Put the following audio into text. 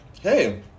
hey